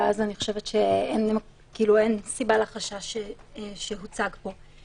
ואז אני חושבת שאין סיבה לחשש שהוצג פה.